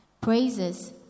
Praises